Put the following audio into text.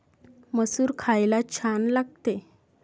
मसूर खायला छान लागते